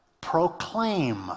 proclaim